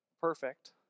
perfect